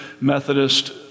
Methodist